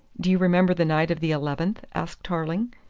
do you remember the night of the eleventh? asked tarling.